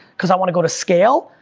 cause i wanna go to scale,